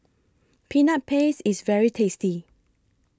Peanut Paste IS very tasty